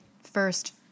first